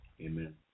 Amen